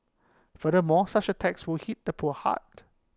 furthermore such A tax will hit the poor hard